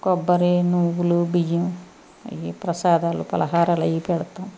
కొబ్బరి నువ్వులు బియ్యం అవి ప్రసాదాలు ఫలహారాలు అవి పెడతాం